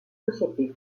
société